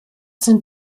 sind